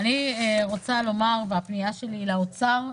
אני רוצה לומר בפנייה שלי לאוצר,